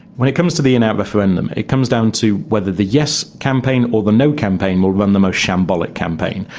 when it comes to the in out referendum it it comes down to whether the yes campaign or the no campaign will run the most shambolic campaign.